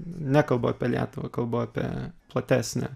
nekalbu apie lietuvą kalbu apie platesnę